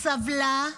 סבלה,